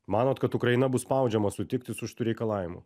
manot kad ukraina bus spaudžiama sutikti su šitu reikalavimu